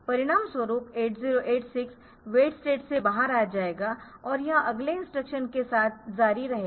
परिणामस्वरूप 8086 wait state से बाहर आ जाएगा और यह अगले इंस्ट्रक्शन के साथ जारी रहेगा